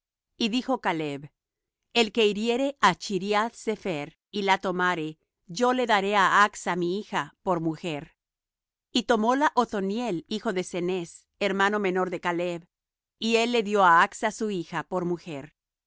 y dijo caleb el que hiriere á chriath sepher y la tomare yo le daré á axa mi hija por mujer y tomóla othoniel hijo de cenez hermano menor de caleb y él le dió á axa su hija por mujer